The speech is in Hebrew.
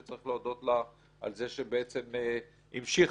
שצריך להודות לה על זה שבעצם המשיכה